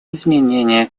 изменения